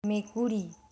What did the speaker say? মেকুৰী